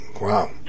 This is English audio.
Wow